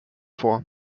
vor